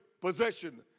possession